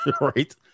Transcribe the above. right